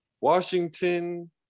Washington